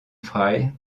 fry